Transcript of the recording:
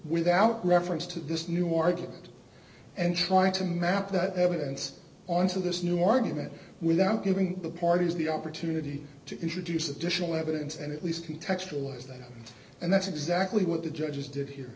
without reference to this new argument and trying to map that evidence onto this new argument without giving the parties the opportunity to introduce additional evidence and at least contextualize them and that's exactly what the judges did he